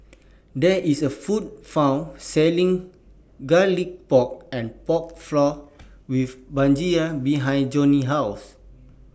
There IS A Food Court Selling Garlic Pork and Pork Floss with Brinjal behind Johny's House